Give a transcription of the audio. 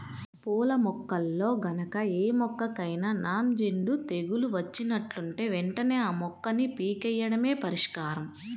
పూల మొక్కల్లో గనక ఏ మొక్కకైనా నాంజేడు తెగులు వచ్చినట్లుంటే వెంటనే ఆ మొక్కని పీకెయ్యడమే పరిష్కారం